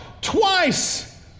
twice